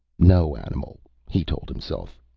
no animal, he told himself,